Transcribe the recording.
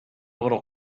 little